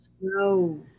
No